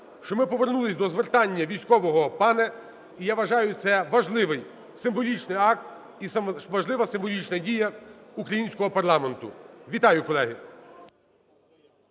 Що ми повернулись до звертання військового "пане". І я вважаю, це важливий, символічний акт і саме важлива символічна дія українського парламенту. Вітаю, колеги!